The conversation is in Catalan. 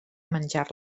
menjar